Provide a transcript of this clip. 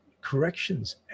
corrections